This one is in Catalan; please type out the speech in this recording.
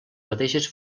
mateixes